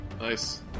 Nice